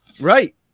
Right